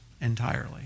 entirely